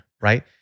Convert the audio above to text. Right